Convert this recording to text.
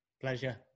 pleasure